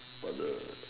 what the